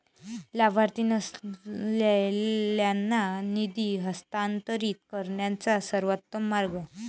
लाभार्थी नसलेल्यांना निधी हस्तांतरित करण्याचा सर्वोत्तम मार्ग